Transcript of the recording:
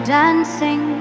dancing